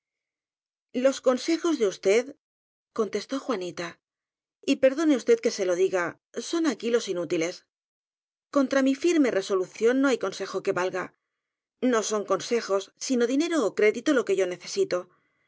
s consejos de usted contestó juanita y perdone usted que se lo diga son aquí los inútiles contra mi firme resolución no hay consejo que valga no son consejos sino dinero ó crédito lo que yo necesito